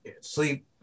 sleep